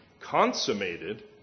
consummated